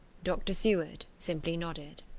dr. seward simply nodded.